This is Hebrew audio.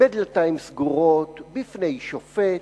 בדלתיים סגורות בפני שופט,